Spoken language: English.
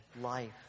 life